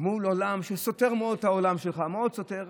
מול מה שסותר מאוד את העולם שלך, סותר מאוד.